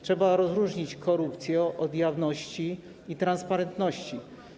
Trzeba rozróżnić korupcję od jawności i transparentności.